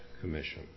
commission